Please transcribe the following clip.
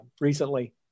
recently